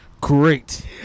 Great